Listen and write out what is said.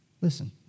listen